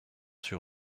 sur